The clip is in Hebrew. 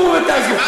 מה זה "תעזבו"?